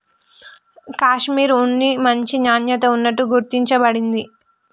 కాషిమిర్ ఉన్ని మంచి నాణ్యత ఉన్నట్టు గుర్తించ బడింది